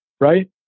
right